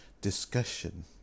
discussion